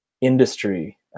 industry